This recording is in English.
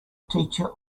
teacher